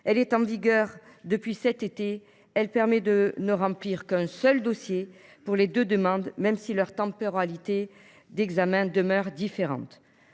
En vigueur depuis cet été, elle permet de ne remplir qu’un seul dossier pour les deux demandes, même si leur temporalité d’examen demeure différente.